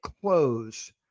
close